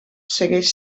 segueix